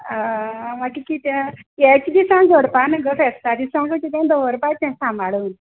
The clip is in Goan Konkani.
मागीर कितें यें किदें सांग दरपा न्हय गो फेस्ता दिसाकू किदें दवरपाचें सांबाळून